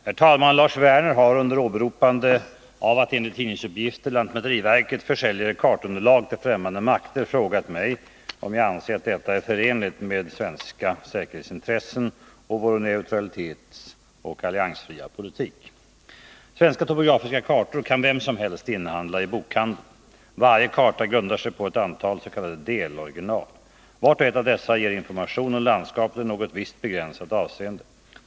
Herr talman! Lars Werner har, under åberopande av att lantmäteriverket enligt tidningsuppgifter försäljer kartunderlag till främmande makter, frågat mig om jag anser att detta är förenligt med svenska säkerhetsintressen och vår neutralitetspolitik och alliansfria politik. Svenska topografiska kartor kan vem som helst inhandla i bokhandeln. Varje karta grundar sig på ett antal s.k. deloriginal. Vart och ett av dessa ger information om landskapet i något visst begränsat avseende.